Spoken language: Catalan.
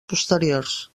posteriors